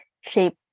shape